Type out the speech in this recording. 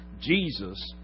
Jesus